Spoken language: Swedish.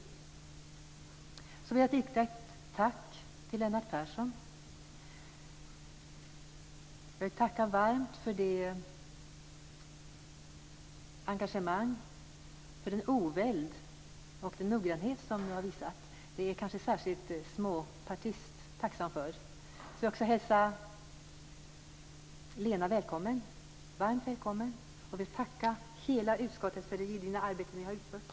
Allra sist vill jag rikta ett tack till Lennart Persson. Jag vill varmt tacka för det engagemang, den oväld och den noggrannhet som du har visat. Det är kanske särskilt en "småpartist" tacksam för. Jag vill också hälsa Lena varmt välkommen. Jag tackar även hela utskottet för det gedigna arbete som utförts.